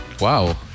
Wow